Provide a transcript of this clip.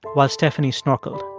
while stephanie snorkeled.